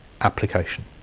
application